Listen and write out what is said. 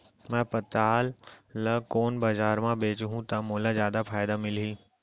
मैं पताल ल कोन बजार म बेचहुँ त मोला जादा फायदा मिलही?